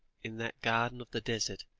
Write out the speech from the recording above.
in that garden of the desert,